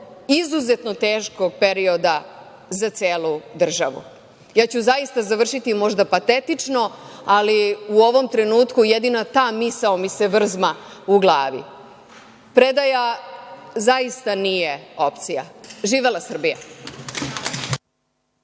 izuzetno teškog perioda za celu državu. Ja ću zaista završiti možda patetično, ali u ovom trenutku jedina ta misao mi se vrzma u glavi – predaja zaista nije opcija, živela Srbija.